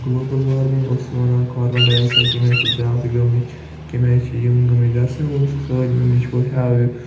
global warming اوس سُہ وَنان کاربَن ڈاے آکسایڈ کمہِ آیہِ چھِ زیادٕ گٔمٕتۍ کمہِ آیہِ چھِ یِم گٔمٕتۍ یہِ ہَسا سٲنۍ اِنٛگلِش پٲٹھۍ ہیو یہِ